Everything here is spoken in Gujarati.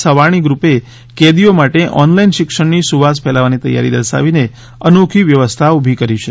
સવાણી ગ્રુપે કેદીઓ માટે ઓનલાઈન શિક્ષણની સુવાસ ફેલાવવાની તૈયારી દર્શાવીને અનોખી વ્યવસ્થા ઉભી કરી છે